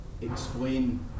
explain